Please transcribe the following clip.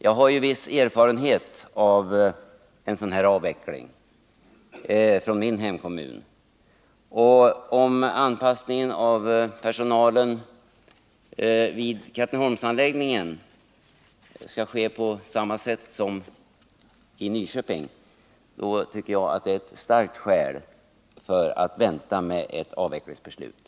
Jag har ju från min hemkommun viss erfarenhet av en sådan avveckling, och om anpassningen för personalen vid Katrineholmsanläggningen skall ske på samma sätt som i Nyköping, tycker jag att detta är ett starkt skäl för att vänta med ett avvecklingsbeslut.